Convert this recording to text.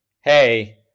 hey